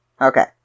Okay